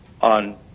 on